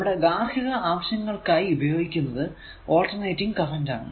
നമ്മുടെ ഗാർഹിക ആവശ്യങ്ങൾക്കായി ഉപയോഗിക്കുന്നത് ആൾട്ടർനേറ്റിംഗ് കറന്റ് ആണ്